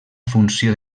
funció